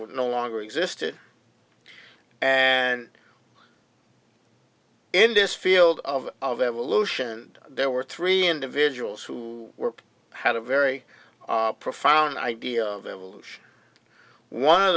were no longer existed and end this field of of evolution and there were three individuals who were had a very profound idea of evolution one of